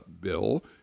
bill